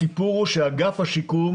הסיפור הוא שאגף השיקום